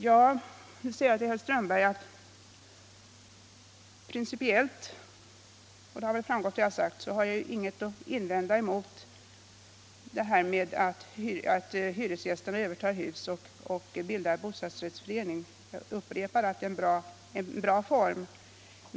Jag vill säga till herr Strömberg att jag principiellt inte har någonting att invända mot att hyresgäster övertar hus och bildar bostadsrättsförening. Jag upprepar att det är en bra boendeform.